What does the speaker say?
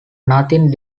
nothing